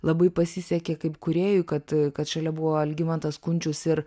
labai pasisekė kaip kūrėjui kad e kad šalia buvo algimantas kunčius ir